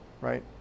Right